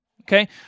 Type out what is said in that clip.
Okay